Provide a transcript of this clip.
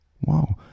Wow